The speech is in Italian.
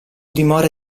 dimora